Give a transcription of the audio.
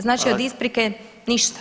Znači od isprike ništa.